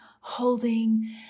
holding